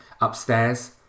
upstairs